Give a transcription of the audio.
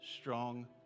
strong